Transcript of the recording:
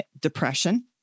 depression